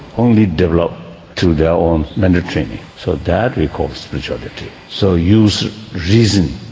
only develop through their own mental training. so that we call spirituality. so use reason.